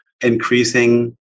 increasing